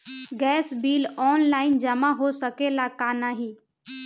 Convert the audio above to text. Gas bill online जमा हो सकेला का नाहीं?